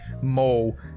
mole